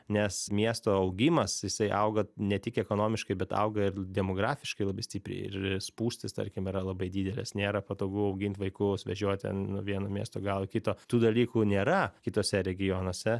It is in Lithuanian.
nes miesto augimas jisai auga ne tik ekonomiškai bet auga ir demografiškai labai stipriai ir spūstys tarkim yra labai didelės nėra patogu augint vaikus vežiot ten nuo vieno miesto galo į kito tų dalykų nėra kituose regionuose